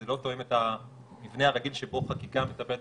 זה לא תואם את המבנה הרגיל שבו חקיקה מטפלת